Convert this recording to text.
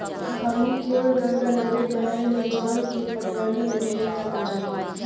हमनी कियोर गंगा नद्दी बहेली जवन की पटवनी में ढेरे कामे आजाली